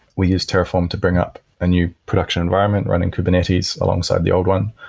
we used terraform to bring up a new production environment running kubernetes alongside the old one.